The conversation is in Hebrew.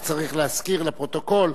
רק צריך להזכיר לפרוטוקול